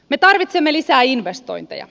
me tarvitsemme lisää investointeja